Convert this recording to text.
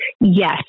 Yes